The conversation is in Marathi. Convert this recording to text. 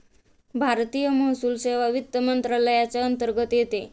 भारतीय महसूल सेवा वित्त मंत्रालयाच्या अंतर्गत येते